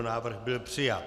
Návrh byl přijat.